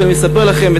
כשאני מספר לכם,